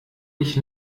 ich